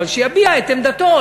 אבל שיביע את עמדתו,